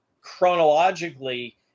chronologically